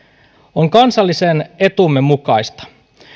on kansallisen etumme mukaista